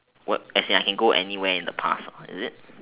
what as in I can go anywhere in the past is it